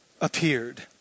appeared